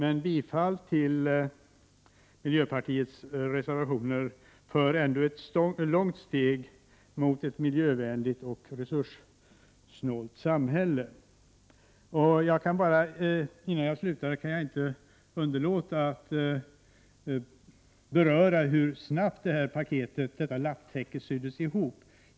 Ett bifall till miljöpartiets reservationer skulle ändå innebära ett långt steg mot ett miljövänligt och resurssnålt samhälle. Innan jag avslutar mitt anförande kan jag inte underlåta att beröra hur snabbt detta paket, detta lapptäcke, syddes ihop.